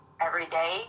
everyday